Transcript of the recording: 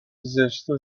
zresztą